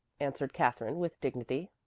answered katherine with dignity.